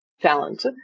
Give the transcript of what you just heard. talent